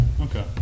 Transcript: Okay